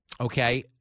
Okay